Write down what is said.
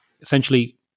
essentially